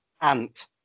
Ant